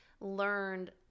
learned